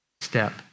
step